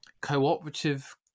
cooperative